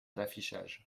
d’affichage